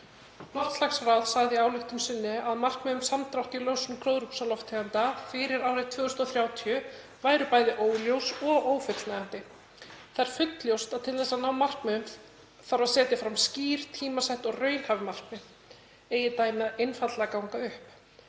Loftslagsráð sagði í ályktun sinni að markmið um samdrátt í losun gróðurhúsalofttegunda fyrir árið 2030 væru bæði óljós og ófullnægjandi. Það er fullljóst að til þess að ná markmiðum þarf að setja fram skýr, tímasett og raunhæf markmið eigi dæmið einfaldlega að ganga upp.